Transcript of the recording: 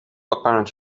apparent